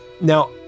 Now